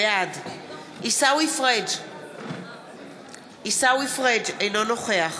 בעד עיסאווי פריג' אינו נוכח